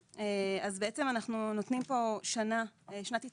אז בעצם אנחנו נותנים פה שנה, שנת התארגנות.